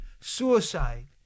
suicide